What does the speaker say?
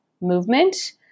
movement